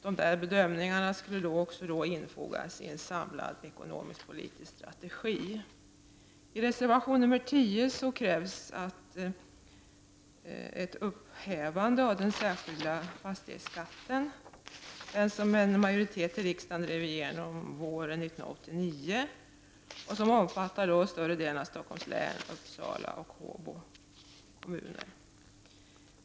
De bedömningarna borde då infogas i en samlad ekonomisk-politisk strategi. I reservation 10 krävs ett upphävande av den särskilda fastighetsskatten, som en majoritet i riksdagen drev igenom våren 1989 och som omfattar större delen av Stockholms län, Uppsala och Håbo kommuner.